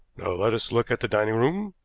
let us look at the dining-room.